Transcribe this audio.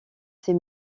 ces